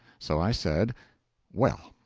so i said well,